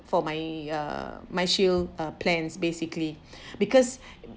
for my uh MyShield uh plans basically because